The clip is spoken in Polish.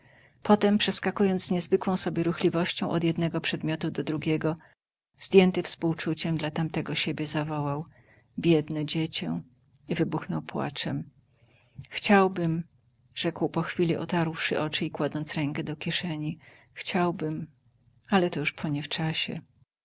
potem przeskakując z niezwykłą sobie ruchliwością od jednego przedmiotu do drugiego zdjęty współczuciem dla tamtego siebie zawołał biedne dziecię i wybuchnął płaczem chciałbym rzekł po chwili otarłszy oczy i kładąc rękę do kieszeni chciałbym ale to już poniewczasie